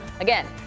again